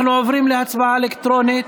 אנחנו עוברים להצבעה אלקטרונית.